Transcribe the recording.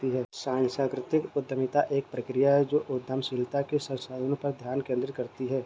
सांस्कृतिक उद्यमिता एक प्रक्रिया है जो उद्यमशीलता के संसाधनों पर ध्यान केंद्रित करती है